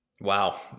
Wow